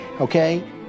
Okay